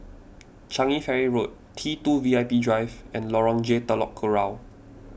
Changi Ferry Road T two V I P Drive and Lorong J Telok Kurau